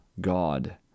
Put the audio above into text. God